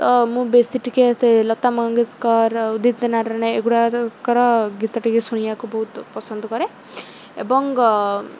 ତ ମୁଁ ବେଶୀ ଟିକେ ସେ ଲତା ମଙ୍ଗେସ୍କର୍ ଉଦିତ୍ ନାରାୟଣ ଏଗୁଡ଼ାଙ୍କର ଗୀତ ଟିକେ ଶୁଣିବାକୁ ବହୁତ ପସନ୍ଦ କରେ ଏବଂ